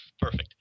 Perfect